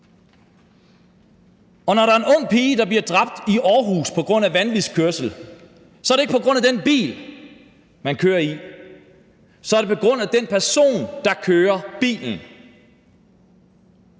Og når der er en ung pige, der bliver dræbt i Aarhus på grund af vanvidskørsel, er det ikke på grund af den bil, man kører i. Så er det på grund af den person, der kører bilen.